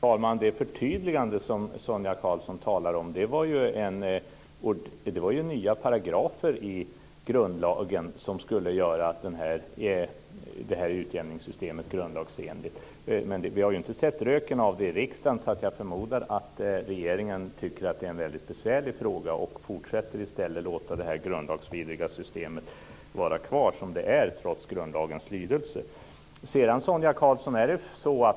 Fru talman! Sonia Karlsson talar om ett förtydligande, men det var ju nya paragrafer i grundlagen som skulle göra utjämningssystemet grundlagsenligt. Vi har inte sett röken av detta i riksdagen, så jag förmodar att regeringen tycker att det är en väldigt besvärlig fråga, och i stället fortsätter att låta det grundlagsvidriga systemet vara kvar som det är trots grundlagens lydelse. Sonia Karlsson!